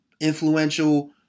influential